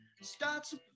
Starts